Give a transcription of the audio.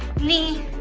knee,